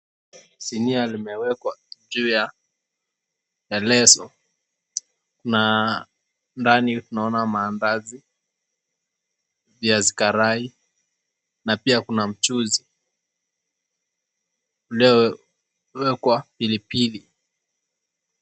Sinia limewekwa juu ya leso na ndani tunaona maandazi, viazi karai na pia kuna mchuzi uliowekwa pilipili.